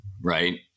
right